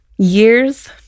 Years